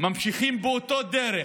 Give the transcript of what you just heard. ממשיכים באותה דרך,